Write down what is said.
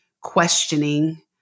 questioning